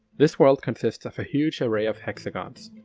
this world consists of a huge array of hexagons.